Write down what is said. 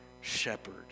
shepherd